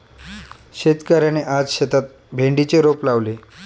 शेतकऱ्याने आज शेतात भेंडीचे रोप लावले